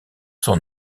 son